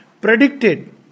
predicted